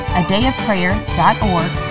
adayofprayer.org